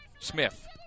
Smith